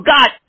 God